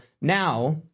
now